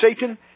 Satan